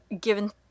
given